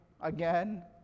again